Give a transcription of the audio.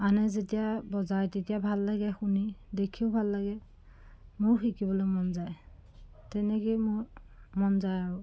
আনে যেতিয়া বজায় তেতিয়া ভাল লাগে শুনি দেখিও ভাল লাগে মোৰো শিকিবলৈ মন যায় তেনেকেই মোৰ মন যায় আৰু